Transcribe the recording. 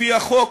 לפי החוק,